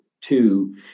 two